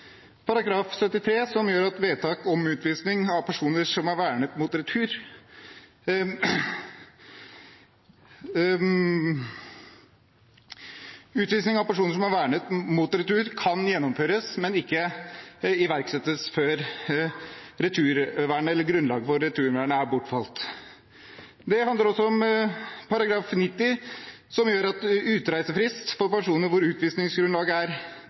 § 73, som gjør at vedtak om utvisning av personer som er vernet mot retur, kan gjennomføres, men ikke iverksettes før grunnlaget for returvernet er bortfalt. Det handler også om § 90, som gjør at utreisefrist for personer der utvisningsgrunnlaget er